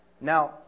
Now